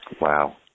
Wow